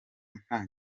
nta